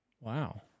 Wow